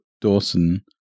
Dawson